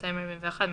241,